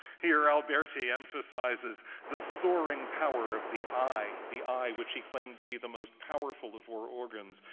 here, alberti emphasizes the soaring power of the eye, the eye which he claimed to be the most powerful of our organs.